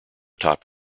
top